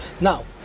Now